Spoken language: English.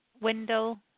window